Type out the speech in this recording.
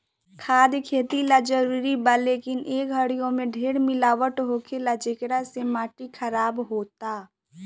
खाद खेती ला जरूरी बा, लेकिन ए घरी ओमे ढेर मिलावट होखेला, जेकरा से माटी खराब होता